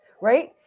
Right